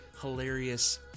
hilarious